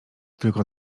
tylko